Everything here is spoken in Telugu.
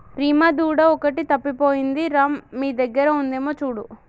రీమా దూడ ఒకటి తప్పిపోయింది రా మీ దగ్గర ఉందేమో చూడు